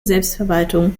selbstverwaltung